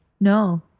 No